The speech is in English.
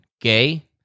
gay